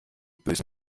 bösen